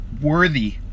worthy